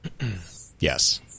yes